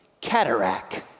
Cataract